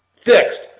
fixed